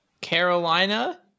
Carolina